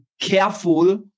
careful